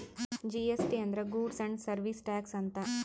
GST ಅಂದ್ರ goods and service tax ಅಂತ